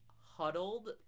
huddled